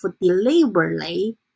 deliberately